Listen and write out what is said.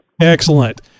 Excellent